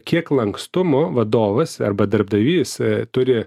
kiek lankstumų vadovas arba darbdavys turi